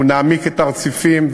אנחנו נעמיק את הרציפים,